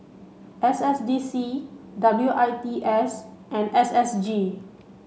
S S D C W I T S and S S G